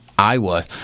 Iowa